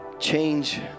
change